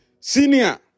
Senior